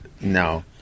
No